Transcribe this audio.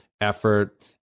effort